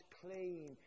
clean